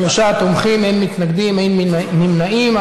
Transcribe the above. שלושה תומכים, אין מתנגדים, אין נמנעים.